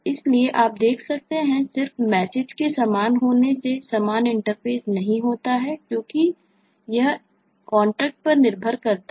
इसलिए आप देख सकते हैं कि सिर्फ मैसेज के समान होने से समान इंटरफ़ेस नहीं होता है क्योंकि यह कॉन्ट्रैक्ट पर निर्भर करता है